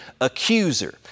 accuser